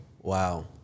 wow